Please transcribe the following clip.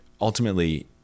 ultimately